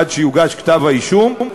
עד שיוגש כתב-האישום.